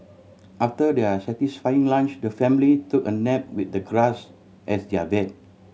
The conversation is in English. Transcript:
after their satisfying lunch the family took a nap with the grass as their bed